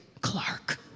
Clark